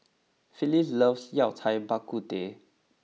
Phyllis loves Yao Cai Bak Kut Teh